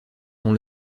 sont